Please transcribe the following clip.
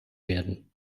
werden